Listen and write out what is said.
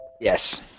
Yes